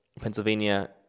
Pennsylvania